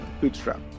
bootstrap